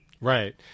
Right